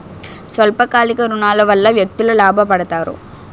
స్వల్ప కాలిక ఋణాల వల్ల వ్యక్తులు లాభ పడతారు